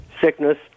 sickness